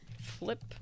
Flip